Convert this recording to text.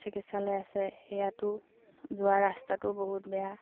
চিকিৎসালয় আছে সেয়াও যোৱা ৰাস্তাটো বহুত বেয়া